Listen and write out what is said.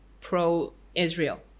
pro-Israel